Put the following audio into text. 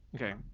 okay,